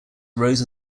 rose